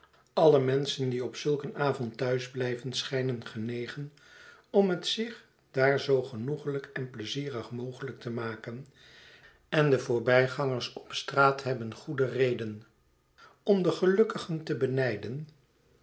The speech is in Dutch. alle menschen die op zulk een avond thuis blijven schijnen genegen om het zich daar zoo genoeglijk en pleizierig mogelijk te maken en de voorbijgangers op straat hebben goede reden om de gelukkigen te benijden